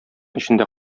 эчендә